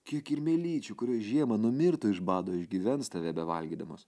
kiek kirmėlyčių kurios žiemą numirtų iš bado išgyvens tave bevalgydamos